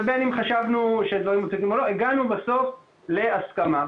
ובין אם חשבנו שדברים --- הגענו בסוף להסכמה.